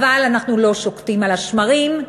אבל אנחנו לא שוקטים על השמרים,